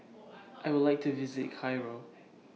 I Would like to visit Cairo